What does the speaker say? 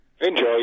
Enjoy